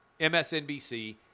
MSNBC